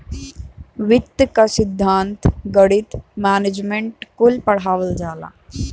वित्त क सिद्धान्त, गणित, मैनेजमेंट कुल पढ़ावल जाला